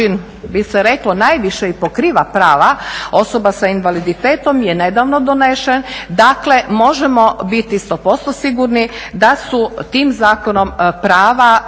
bi se rekli naviše i pokriva prava osoba sa invaliditetom je nedavno donesen, dakle možemo biti 100% sigurni da su tim zakonom prava